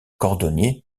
cordonnier